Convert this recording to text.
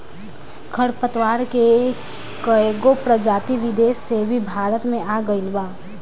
खर पतवार के कएगो प्रजाति विदेश से भी भारत मे आ गइल बा